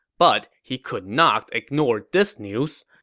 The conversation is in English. but he could not ignore this news.